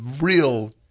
real-